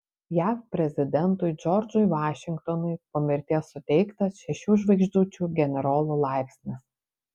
jav prezidentui džordžui vašingtonui po mirties suteiktas šešių žvaigždučių generolo laipsnis